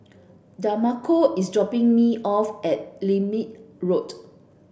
Demarco is dropping me off at Lermit Road